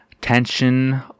tension